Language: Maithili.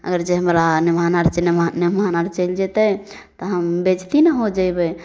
अगर जे हमरा मेहमान आओर छै मेहमान मेहमान आओर चलि जेतै तऽ हम बेज्जती ने हो जेबै